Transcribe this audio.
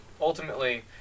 ultimately